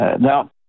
Now